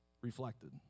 reflected